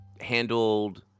handled